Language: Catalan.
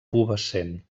pubescent